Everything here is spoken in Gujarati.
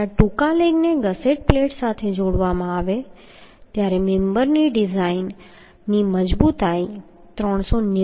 તેથી જ્યારે ટૂંકા લેગને ગસેટ પ્લેટ સાથે જોડવામાં આવે ત્યારે મેમ્બરની ડિઝાઇન મજબૂતાઈ 390